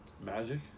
Magic